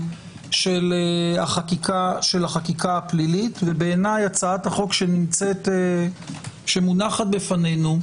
של החקיקה הפלילית ובעיניי הצעת החוק שמונחת בפנינו,